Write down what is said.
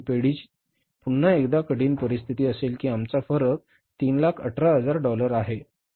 किंवा ती पेढीची पुन्हा एकदा कठीण परिस्थिती असेल की आमचा फरक 318000 डॉलर आहे